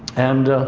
and